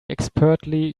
expertly